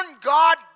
God